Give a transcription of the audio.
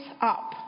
up